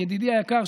ידידי היקר,